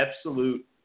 absolute